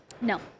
no